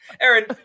Aaron